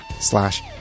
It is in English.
slash